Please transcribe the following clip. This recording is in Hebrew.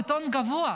בטון גבוה.